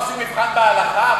עושים מבחן בהלכה?